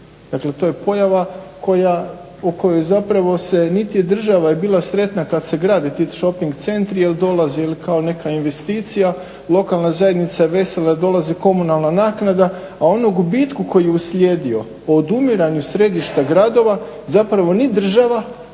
Dakle to je pojava o kojoj se zapravo niti država je bila sretna kada se grade ti šoping centri jel dolazi ili kao neka investicija. Lokalna zajednica je vesela da dolazi komunalna naknada a on u gubitku koji je uslijedio o odumiranju središta gradova ni država